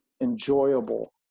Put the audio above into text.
enjoyable